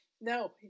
No